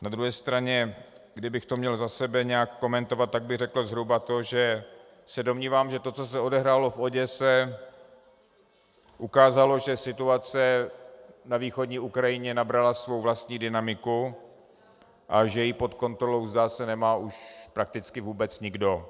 Na druhé straně, kdybych to měl za sebe nějak komentovat, tak bych řekl zhruba to, že se domnívám, že to, co se odehrálo v Oděse, ukázalo, že situace na východní Ukrajině nabrala svou vlastní dynamiku a že ji pod kontrolou, zdá se, nemá už prakticky vůbec nikdo.